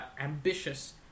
ambitious